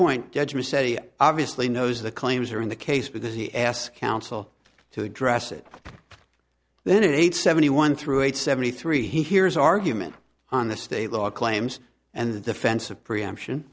point judge said he obviously knows the claims are in the case because he asked counsel to address it then it eight seventy one through eight seventy three he hears argument on the state law claims and the defense of preemption